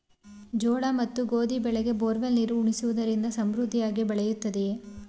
ಜೋಳ ಮತ್ತು ಗೋಧಿ ಬೆಳೆಗೆ ಬೋರ್ವೆಲ್ ನೀರು ಉಣಿಸುವುದರಿಂದ ಸಮೃದ್ಧಿಯಾಗಿ ಬೆಳೆಯುತ್ತದೆಯೇ?